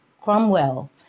Cromwell